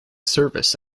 service